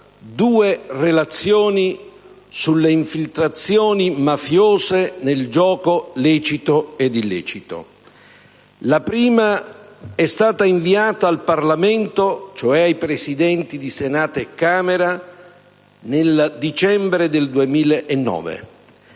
due relazioni sulle infiltrazioni mafiose nel gioco lecito ed illecito: la prima è stata inviata al Parlamento, cioè ai Presidenti di Senato e Camera, nel dicembre del 2009;